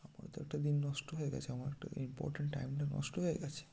আমার তো একটা দিন নষ্ট হয়ে গেছে আমার একটা ইম্পর্ট্যান্ট টাইমটা নষ্ট হয়ে গেছে